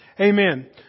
Amen